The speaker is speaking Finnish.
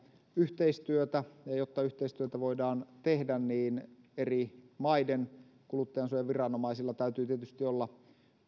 yhteistyötä ja ja jotta yhteistyötä voidaan tehdä niin eri maiden kuluttajansuojaviranomaisilla täytyy tietysti olla käytössään